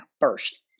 first